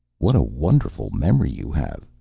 what a wonderful memory you have,